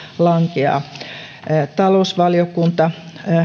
lankeaa myös talousvaliokunta